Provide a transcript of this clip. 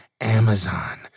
Amazon